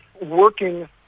working